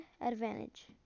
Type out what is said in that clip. advantage